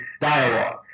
dialogue